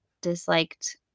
disliked